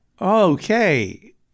Okay